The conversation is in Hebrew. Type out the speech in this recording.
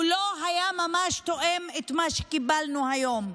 הוא לא ממש תואם את מה שקיבלנו היום,